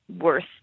worth